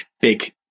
big